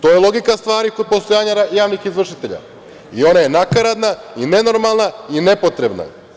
To je logika stvari kod postojanja javnih izvršitelja i ona je nakaradna i nenormalna i nepotrebna.